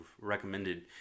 recommended